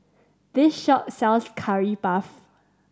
this shop sells Curry Puff